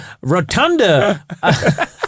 Rotunda